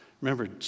Remember